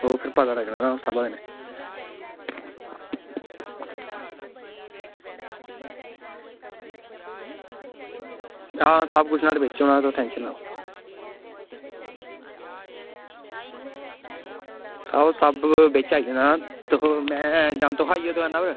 ओह् फिर पता लग्गना ऐ हां सब कुश नोहाड़े बिच्च होनां तुस टैंशन नी लैओ बहां सब किश बिच्च आई जानां में जां तुस आई जाओ दकानैं पर